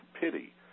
pity